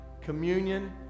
Communion